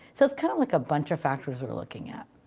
so it's kind of like a bunch of factors we're looking at.